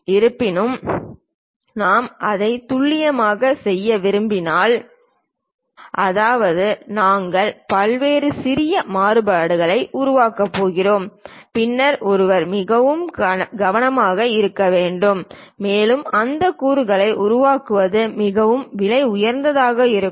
இருப்பினும் நாம் அதை துல்லியமாக செய்ய விரும்பினால் அதாவது நாங்கள் பல்வேறு சிறிய மாறுபாடுகளை உருவாக்கப் போகிறோம் பின்னர் ஒருவர் மிகவும் கவனமாக இருக்க வேண்டும் மேலும் அந்த கூறுகளை உருவாக்குவது மிகவும் விலை உயர்ந்ததாக இருக்கும்